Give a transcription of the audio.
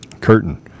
curtain